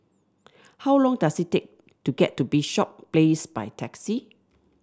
how long does it take to get to Bishop Place by taxi